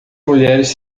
mulheres